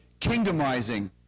kingdomizing